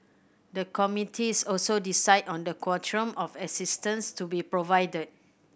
the committees also decide on the quantum of assistance to be provided